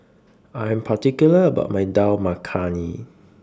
I Am particular about My Dal Makhani